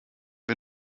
wir